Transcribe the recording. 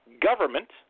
government